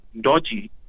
dodgy